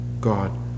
God